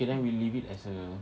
okay then we leave it as a